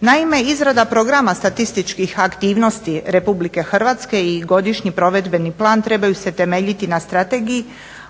Naime, izrada programa statističkih aktivnosti RH i godišnji provedbeni plan trebaju se temeljiti na strategiji,